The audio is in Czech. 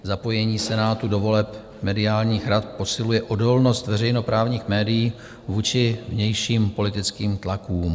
Zapojení Senátu do voleb mediálních rad posiluje odolnost veřejnoprávních médií vůči vnějším politickým tlakům.